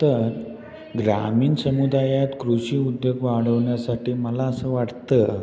तर ग्रामीण समुदायात कृषी उद्योग वाढवण्यासाठी मला असं वाटतं